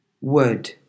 wood